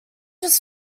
was